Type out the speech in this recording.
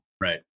Right